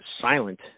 silent